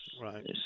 Right